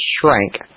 shrank